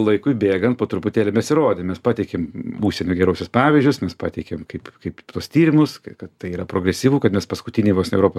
laikui bėgant po truputėlį mes įrodėm mes pateikėm užsienio geruosius pavyzdžius mes pateikėm kaip kaip tuos tyrimus kad tai yra progresyvu kad mes paskutiniai vos ne europos